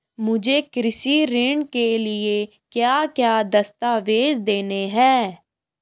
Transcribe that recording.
मुझे कृषि ऋण के लिए क्या क्या दस्तावेज़ देने हैं?